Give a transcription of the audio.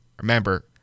Remember